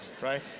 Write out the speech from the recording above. right